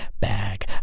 bag